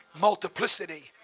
multiplicity